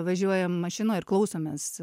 važiuojam mašinoj ir klausomės